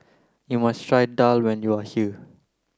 you must try Daal when you are here